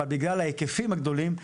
אבל בגלל ההיקפים הגדולים,